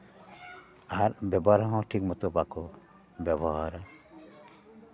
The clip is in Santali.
ᱟᱨ ᱵᱮᱵᱚᱦᱟᱨ ᱦᱚᱸ ᱴᱷᱤᱠ ᱢᱚᱛᱳ ᱵᱟᱠᱚ ᱵᱮᱵᱚᱦᱟᱨᱟ